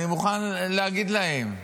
אני מוכן להגיד להם.